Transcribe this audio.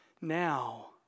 now